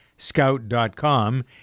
scout.com